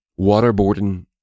waterboarding